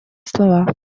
слова